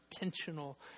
intentional